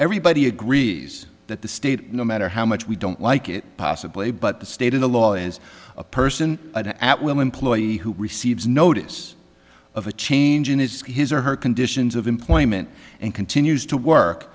everybody agrees that the state no matter how much we don't like it possibly but the state of the law is a person at will employee who receives notice of a change in his his or her conditions of employment and continues to work